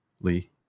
Lee